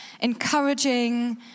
encouraging